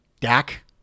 Dak